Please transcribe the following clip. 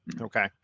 Okay